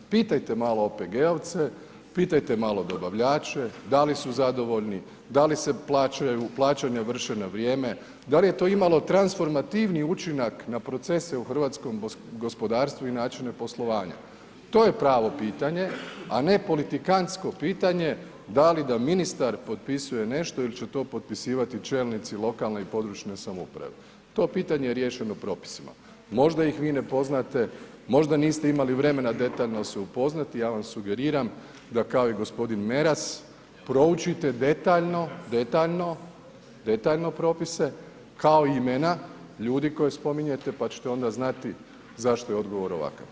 Pitajte malo OPG-ovce, pitajte malo dobavljače da li su zadovoljni, da li se plaćanja vrše na vrijeme, dal je to imalo transformativni učinak na procese u hrvatskom gospodarstvu i načine poslovanja, to je pravo pitanje, a ne politikantsko pitanje da li da ministar potpisuje nešto il će to potpisivati čelnici lokalne i područne samouprave, to pitanje je riješeno propisima, možda ih vi ne poznate, možda niste imali vremena detaljno se upoznate, ja vam sugeriram da kao i g. Meras proučite detaljno, detaljno, detaljno propise, kao i imena ljudi koje spominjete, pa ćete onda znati zašto je odgovor ovakav.